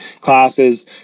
classes